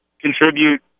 contribute